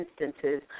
instances